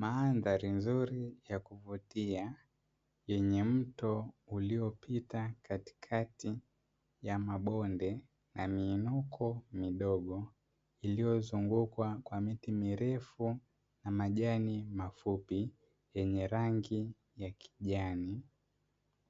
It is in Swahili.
Mandhari nzuri ya kuvutia yenye mto uliopita katikati ya mabonde na miinuko midogo, iliyozungukwa kwa miti mirefu na majani mafupi yenye rangi ya kijani,